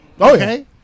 okay